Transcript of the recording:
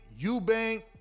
Eubank